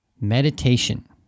meditation